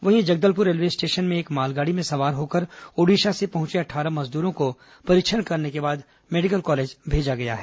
वहीं Jagdalpur railway station में एक मालगाड़ी में सवार होकर ओड़िशा से पहुंचे अट्ठारह मजदूरों को परीक्षण करने के बाद मेडिकल कॉलेज भेजा गया है